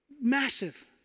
Massive